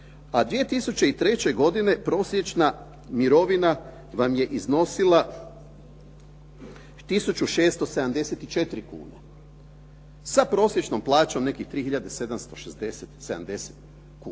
A 2003. godine prosječna mirovina vam je iznosila 1674 kune sa prosječnom plaćom nekih 3